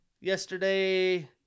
Yesterday